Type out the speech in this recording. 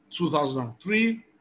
2003